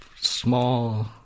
small